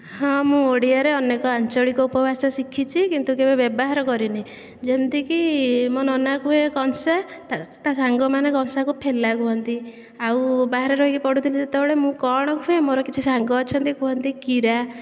ହଁ ମୁଁ ଓଡ଼ିଆରେ ଅନେକ ଆଞ୍ଚଳିକ ଉପଭାଷା ଶିଖିଛି କିନ୍ତୁ କେବେ ବ୍ୟବହାର କରିନି ଯେମିତିକି ମୋ ନନା କୁହେ କଂସା ତା ତା ସାଙ୍ଗମାନେ କଂସାକୁ ଫେଲା କୁହନ୍ତି ଆଉ ବାହାର ରହିକି ପଢ଼ୁଥିଲି ଯେତେବେଳେ ମୁଁ କ'ଣ କୁହେ ମୋର କିଛି ସାଙ୍ଗ ଅଛନ୍ତି କୁହନ୍ତି କିରା